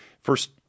first